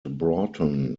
broughton